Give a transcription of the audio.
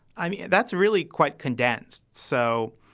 i mean, that's really quite condensed. so,